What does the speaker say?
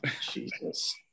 Jesus